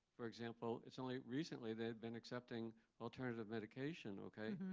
for example, it's only recently they've been accepting alternative medication. ok?